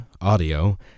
audio